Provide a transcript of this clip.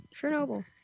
Chernobyl